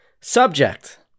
Subject